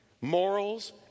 morals